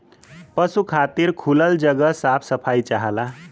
पसु खातिर खुलल जगह साफ सफाई चाहला